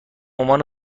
عنوان